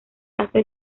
hace